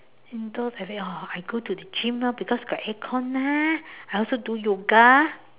indoor like that orh I go to the gym lah cause got air con leh I also do yoga